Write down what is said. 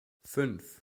fünf